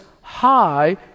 high